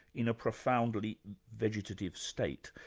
in a profoundly vegetative state.